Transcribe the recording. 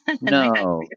No